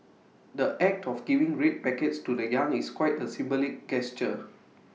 the act of giving red packets to the young is quite A symbolic gesture